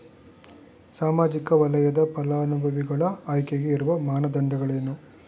ಸಾಮಾಜಿಕ ವಲಯದ ಫಲಾನುಭವಿಗಳ ಆಯ್ಕೆಗೆ ಇರುವ ಮಾನದಂಡಗಳೇನು?